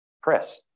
Chris